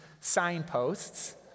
signposts